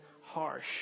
harsh